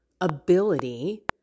ability